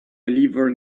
deliver